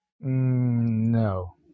No